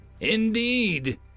Indeed